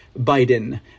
Biden